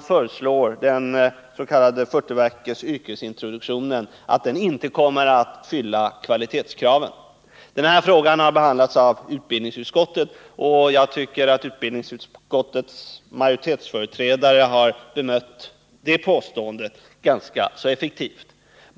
föreslår, den s.k. 40-veckors yrkesintroduktionen, inte kommer att fylla kvalitetskravet. Den frågan har behandlats i utbildningsutskottet, och jag tycker att företrädare för utskottets majoritet har bemött det påståendet ganska effektivt.